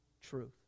Truth